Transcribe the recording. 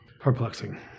Perplexing